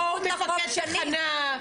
פה מפקד תחנה.